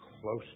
close